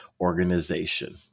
organization